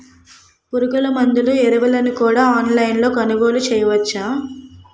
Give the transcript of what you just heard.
పురుగుమందులు ఎరువులను కూడా ఆన్లైన్ లొ కొనుగోలు చేయవచ్చా?